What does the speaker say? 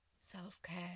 self-care